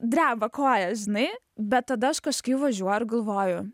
dreba kojos žinai bet tada aš kažkaip važiuoju ir galvoju